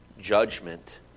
judgment